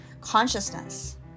consciousness